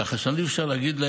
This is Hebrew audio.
כך שאי-אפשר להגיד.